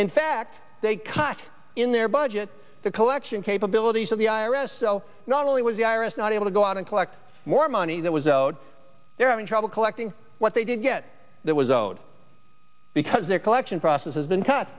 in fact they cut in their budget the collection capabilities of the i r s so not only was the iris not able to go out and collect more money that was owed they're having trouble collecting what they did get that was owed because their collection process has been